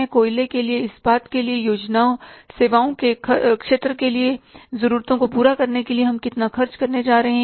कोयले के लिए इस्पात के लिए सेवाओं के क्षेत्र के लिए ज़रूरतों को पूरा करने के लिए हम कितना खर्च करने जा रहे हैं